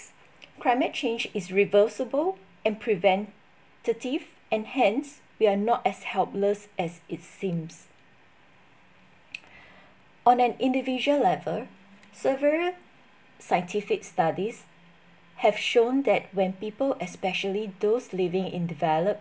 climate change is reversible and preventative and hence we're not as helpless as it seems on an individual level several scientific studies have shown that when people especially those living in developed